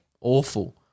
Awful